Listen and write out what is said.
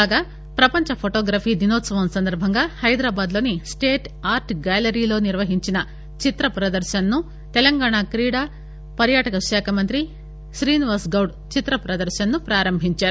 కాగా పపంచ ఫొటోగ్రఫీ దినోత్సవం సందర్భంగా హైదరాబాద్లోని స్టేట్ ఆర్ట్ గ్యాలరీలో నిర్వహించిన చిత్ర ప్రదర్శనను తెలంగాణ క్రీడా పర్యాటకశాఖమంతి రీనివాసగౌడ్ చిత్ర పదర్శనను పారంభించారు